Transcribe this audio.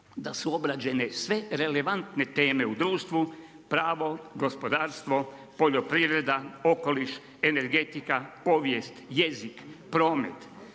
da su obrađene sve relevantne teme u društvu, pravo, gospodarstvo, poljoprivreda, okoliš, energetika, povijest, jezik, promet,